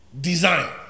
design